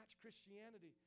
Christianity